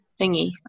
thingy